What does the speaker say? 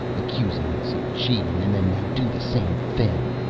accusing us of cheating, and then they do the same thing.